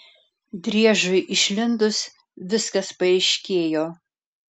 driežui išlindus viskas paaiškėjo